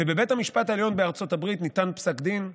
ובבית המשפט העליון בארצות הברית ניתן פסק דין,